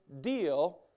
deal